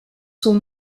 son